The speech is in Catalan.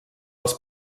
els